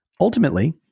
Ultimately